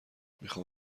میخام